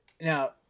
now